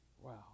Wow